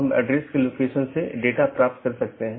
एक BGP के अंदर कई नेटवर्क हो सकते हैं